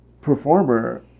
performer